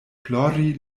plori